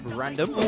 random